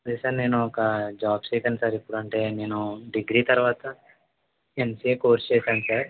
sir నేను ఒక job చేయడానికి అర్హుడను అంటే నేను డిగ్రీ తర్వాత ఎమ్సీఏ కోర్సు చేశాను సార్